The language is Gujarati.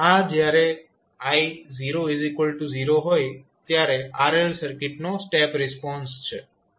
તો આ જયારે I00 હોય ત્યારે RL સર્કિટનો સ્ટેપ રિસ્પોન્સ છે